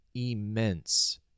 Immense